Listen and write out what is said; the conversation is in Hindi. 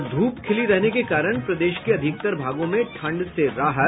और धूप खिली रहने के कारण प्रदेश के अधिकतर भागों में ठंड से राहत